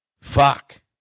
Fuck